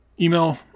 email